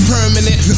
Permanent